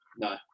No